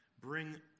bring